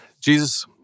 Jesus